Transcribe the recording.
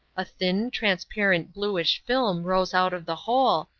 a thin, transparent bluish film rose out of the hole,